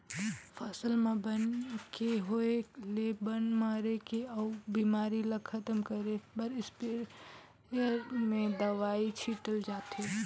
फसल म बन के होय ले बन मारे के अउ बेमारी ल खतम करे बर इस्पेयर में दवई छिटल जाथे